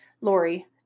Lori